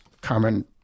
common